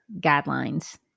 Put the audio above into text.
guidelines